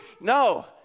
No